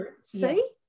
see